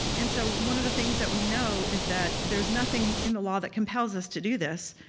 and so one of the things that we know is that there's nothing in the law that compels us to do this,